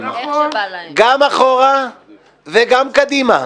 גם אחורה וגם קדימה.